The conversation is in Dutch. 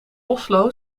oslo